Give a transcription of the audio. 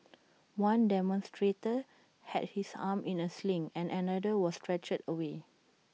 one demonstrator had his arm in A sling and another was stretchered away